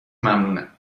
ممنونم